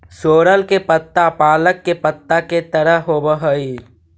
सोरल के पत्ता पालक के पत्ता के तरह होवऽ हई